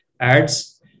ads